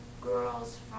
girls